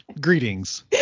Greetings